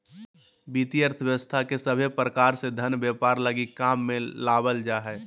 वित्तीय अर्थशास्त्र के सभे प्रकार से धन व्यापार लगी काम मे लावल जा हय